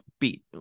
beat